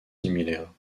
similaires